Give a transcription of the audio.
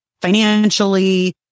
financially